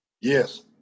Yes